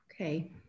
Okay